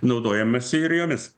naudojamasi ir jomis